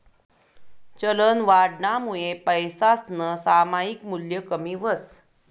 चलनवाढनामुये पैसासनं सामायिक मूल्य कमी व्हस